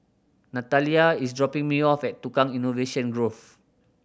Natalya is dropping me off at Tukang Innovation Grove